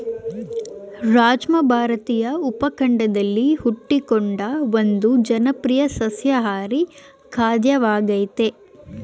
ರಾಜ್ಮಾ ಭಾರತೀಯ ಉಪಖಂಡದಲ್ಲಿ ಹುಟ್ಟಿಕೊಂಡ ಒಂದು ಜನಪ್ರಿಯ ಸಸ್ಯಾಹಾರಿ ಖಾದ್ಯವಾಗಯ್ತೆ